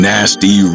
Nasty